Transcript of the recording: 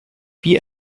wie